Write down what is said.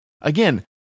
Again